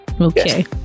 Okay